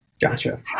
gotcha